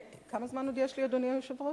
כמה זמן עוד יש לי, אדוני היושב-ראש?